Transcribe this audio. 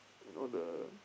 you know the